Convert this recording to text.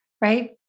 right